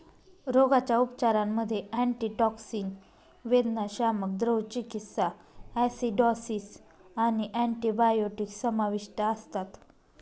रोगाच्या उपचारांमध्ये अँटीटॉक्सिन, वेदनाशामक, द्रव चिकित्सा, ॲसिडॉसिस आणि अँटिबायोटिक्स समाविष्ट असतात